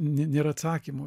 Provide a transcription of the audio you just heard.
nėra atsakymo iš